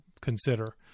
consider